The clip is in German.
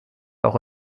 auch